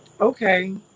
Okay